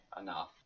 enough